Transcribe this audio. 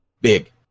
big